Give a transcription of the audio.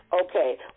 okay